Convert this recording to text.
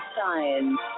science